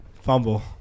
Fumble